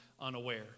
unaware